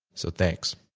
so thanks